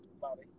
Bobby